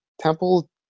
Temple